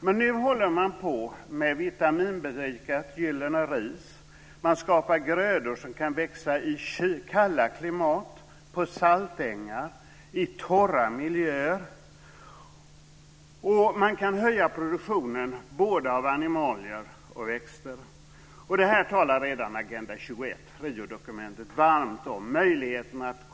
Men nu arbetar man med vitaminberikat gyllene ris, med grödor som kan växa i kalla klimat, på saltängar och i torra miljöer, och man kan höja produktionen både av animalier av växter. Detta talade man varmt om redan i Riodokumentet Agenda 21.